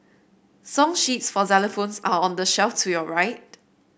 song sheets for xylophones are on the shelf to your right